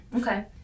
okay